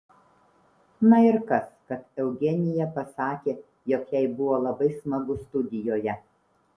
na ir kas kad eugenija pasakė jog jai buvo labai smagu studijoje